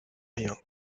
rien